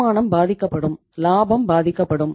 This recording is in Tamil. வருமானம் பாதிக்கப்படும் லாபம் பாதிக்கப்படும்